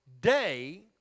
day